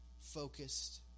focused